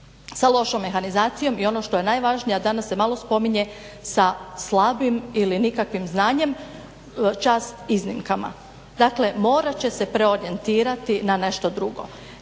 sa lošom mehanizacijom i ono što je najvažnija danas se malo spominje, sa slabim ili nikakvim znanjem čast iznimaka. Dakle, morat će se preorijentirati na nešto drugo,